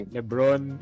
Lebron